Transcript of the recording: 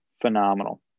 phenomenal